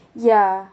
ya